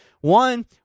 One